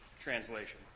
translation